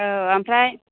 औ ओमफ्राय